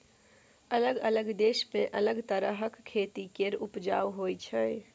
अलग अलग देश मे अलग तरहक खेती केर उपजा होइ छै